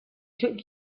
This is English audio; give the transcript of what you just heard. took